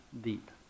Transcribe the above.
deep